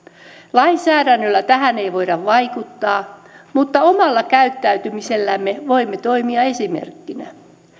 lainsäädännöllä tähän ei voida vaikuttaa mutta omalla käyttäytymisellämme voimme toimia esimerkkinä